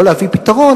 לא להביא פתרון,